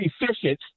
efficient